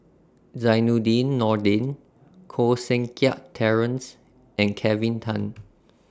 Zainudin Nordin Koh Seng Kiat Terence and Kelvin Tan